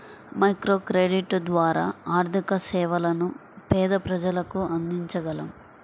microcredit ద్వారా ఆర్థిక సేవలను పేద ప్రజలకు అందించగలం